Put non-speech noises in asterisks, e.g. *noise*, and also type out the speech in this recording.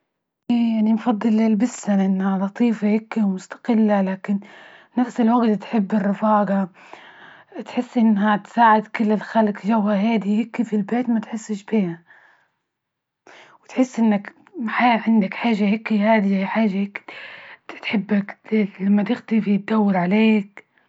أنى-أنى نفضل البسة لأنها لطيفة هيكى ومستقلة، لكن نفس الوجت تحب الرفاجة، تحسي إنها تساعد كل الخلج جوهادي هيكي في البيت ما تحسش بيها. وتحس إنك معاه عندك حاجة هيكي هادية، حاجة هيكى تحبك *unintelligible* لما تختفي تدور عليك.